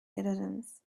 citizens